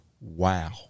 wow